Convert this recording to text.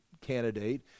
candidate